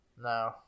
No